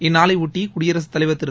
இந்நாளையொட்டி குடியரசுத் தலைவர் திரு